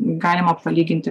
galima palyginti